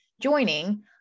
joining